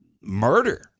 murder